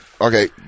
Okay